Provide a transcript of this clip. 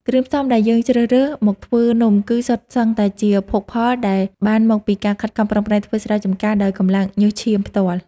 គ្រឿងផ្សំដែលយើងជ្រើសរើសមកធ្វើនំគឺសុទ្ធសឹងតែជាភោគផលដែលបានមកពីការខិតខំប្រឹងប្រែងធ្វើស្រែចំការដោយកម្លាំងញើសឈាមផ្ទាល់។